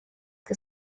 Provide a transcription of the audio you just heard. que